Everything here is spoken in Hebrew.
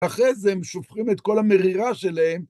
אחרי זה הם שופכים את כל המרירה שלהם.